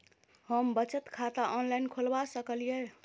हम बचत खाता ऑनलाइन खोलबा सकलिये?